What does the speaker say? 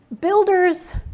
builders